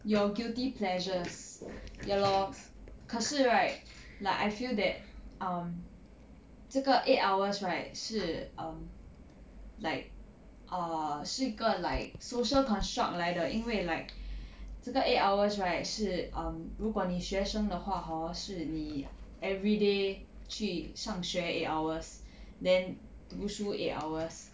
your guilty pleasures ya lor 可是 right like I feel that um 这个 eight hours right 是 um like err 是一个 like social construct 来的因为 like 这个 eight hours right 是 um 如果你学生的话 hor 是你 everyday 去上学 eight hours then 读书 eight hours